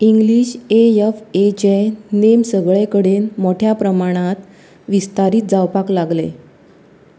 English ए यफ एचे नेम सगळे कडेन मोठ्या प्रमाणांत विस्तारीत जावपाक लागले